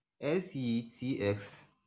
s-e-t-x